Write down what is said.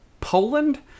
Poland